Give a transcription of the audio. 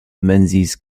menzies